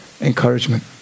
encouragement